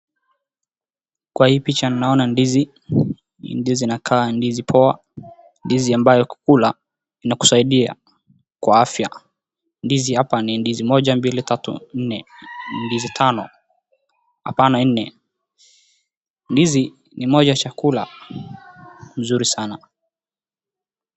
Kwa hii picha naona ndizi, ndizi inakaa ndizi poa, ndizi ambayo kukula, inakusaidia kwa afya. Ndizi hapa ni ndizi moja mbili tatu nne. Ndizi tano, apana, nne. Ndizi ni moja chakula nzuri sana.